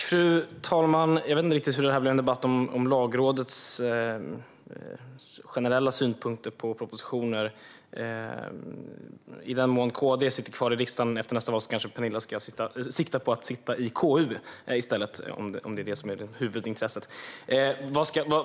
Fru talman! Jag vet inte hur det här blev en debatt om Lagrådets generella synpunkter på propositioner. I den mån KD sitter kvar i riksdagen efter nästa val kanske Penilla ska sikta på att sitta i KU i stället, om det är det som är huvudintresset.